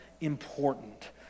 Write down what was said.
important